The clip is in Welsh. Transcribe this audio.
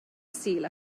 sul